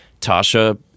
Tasha